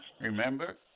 Remember